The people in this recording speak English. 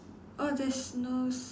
oh there's no